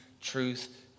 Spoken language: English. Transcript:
truth